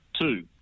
two